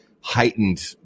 heightened